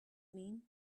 mean